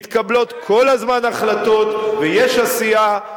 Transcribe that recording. מתקבלות כל הזמן החלטות ויש עשייה,